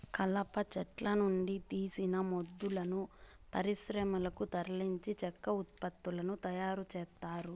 కలప చెట్ల నుండి తీసిన మొద్దులను పరిశ్రమలకు తరలించి చెక్క ఉత్పత్తులను తయారు చేత్తారు